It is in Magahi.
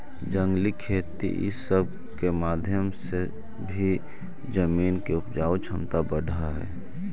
जंगली खेती ई सब के माध्यम से भी जमीन के उपजाऊ छमता बढ़ हई